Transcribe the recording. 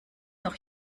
noch